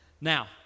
Now